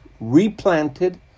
replanted